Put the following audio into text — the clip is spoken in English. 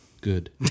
good